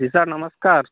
जी sir नमस्कार